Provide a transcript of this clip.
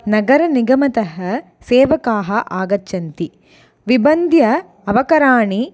नगरनिगमतः सेवकाः आगच्छन्ति विबद्ध अवकराणि